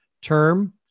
term